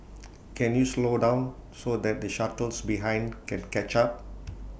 can you slow down so the shuttles behind can catch up